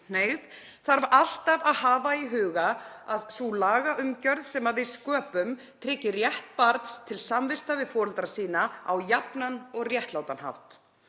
þarf alltaf að hafa í huga að sú lagaumgjörð sem við sköpum tryggi rétt barns til samvista við foreldra sína á jafnan og réttlátan hátt.